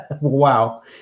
Wow